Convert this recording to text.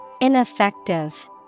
Ineffective